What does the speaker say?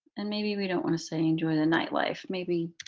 and maybe we don't want to say enjoy the nightlife maybe